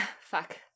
Fuck